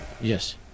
Yes